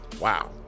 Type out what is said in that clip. wow